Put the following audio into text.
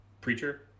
preacher